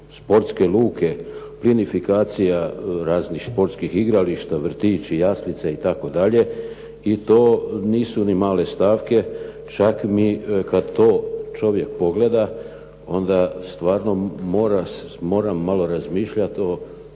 sportske luke, plinofikacija raznih športskih igrališta, vrtići, jaslice itd. i to nisu ni male stavke. Čak kada to čovjek pogleda onda stvarno mora malo razmišljati o